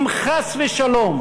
אם, חס ושלום,